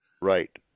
Right